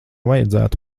vajadzētu